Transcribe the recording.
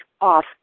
off